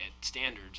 standards